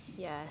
Yes